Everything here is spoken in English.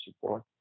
support